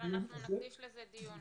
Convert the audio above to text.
אבל אנחנו נקדיש לזה דיון